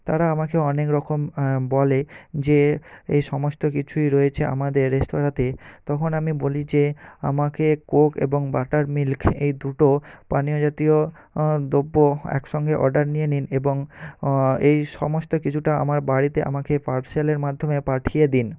তারা আমাকে অনেক রকম বলে যে এই সমস্ত কিছুই রয়েছে আমাদের রেস্তোরাঁতে তখন আমি বলি যে আমাকে কোক এবং বাটার মিল্ক এই দুটো পানীয় জাতীয় দ্রব্য এক সঙ্গে অর্ডার নিয়ে নিন এবং এই সমস্ত কিছুটা আমার বাড়িতে আমাকে পার্সেলের মাধ্যমে পাঠিয়ে দিন